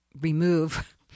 remove